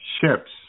ships